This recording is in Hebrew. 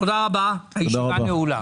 תודה רבה, הישיבה נעולה.